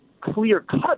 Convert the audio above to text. clear-cut